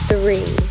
Three